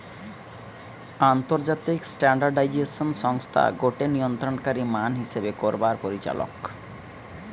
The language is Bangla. আন্তর্জাতিক স্ট্যান্ডার্ডাইজেশন সংস্থা গটে নিয়ন্ত্রণকারী মান হিসেব করবার পরিচালক